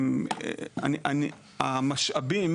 המשאבים